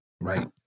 Right